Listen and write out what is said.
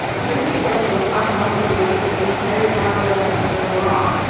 it's hard to get rid of those unhealthy beliefs that we've carried around with us for so long.